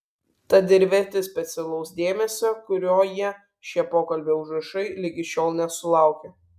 tad ir verti specialaus dėmesio kurio jie šie pokalbio užrašai ligi šiol nesulaukė